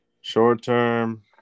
Short-term